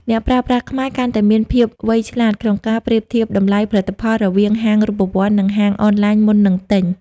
អ្នកប្រើប្រាស់ខ្មែរកាន់តែមានភាពវៃឆ្លាតក្នុងការប្រៀបធៀបតម្លៃផលិតផលរវាងហាងរូបវន្ត និងហាងអនឡាញមុននឹងទិញ។